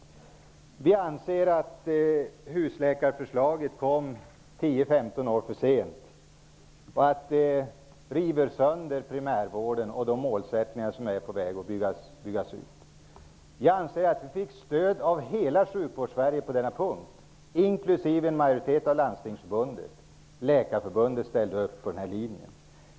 Vi anser att husläkarförslaget kom 10--15 år för sent. Det river sönder primärvården och det man är på väg att bygga ut. Vi anser att vi fick stöd av hela Sjukvårdssverige på denna punkt, inklusive en majoritet i Landstingsförbundet och Läkarförbundet.